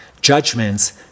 judgments